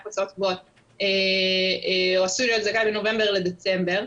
הוצאות קבועות או עשוי להיות זכאי בין נובמבר לדצמבר,